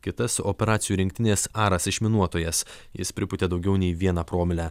kitas operacijų rinktinės aras išminuotojas jis pripūtė daugiau nei vieną promilę